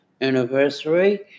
anniversary